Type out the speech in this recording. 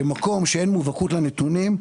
במקום שאין מובהקות לנתונים,